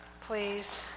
please